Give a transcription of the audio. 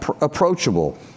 approachable